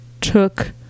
took